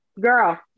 Girl